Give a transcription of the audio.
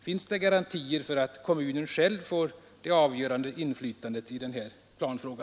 Finns det garantier för att kommunen själv får det avgörande inflytandet i denna planfråga?